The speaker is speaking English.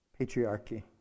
patriarchy